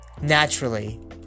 Naturally